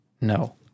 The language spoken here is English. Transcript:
No